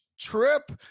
trip